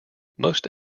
most